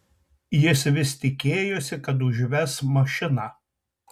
jis vis tikėjosi kad užves mašiną